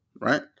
right